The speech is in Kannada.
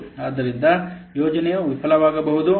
ಆದ್ದರಿಂದ ಯೋಜನೆಯು ವಿಫಲವಾಗಬಹುದು